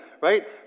right